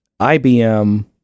IBM